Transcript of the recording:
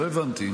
לא הבנתי.